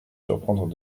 surprendre